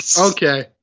Okay